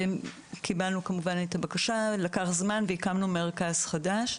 קיבלנו כמובן את הבקשה, לקח זמן והקמנו מרכז חדש.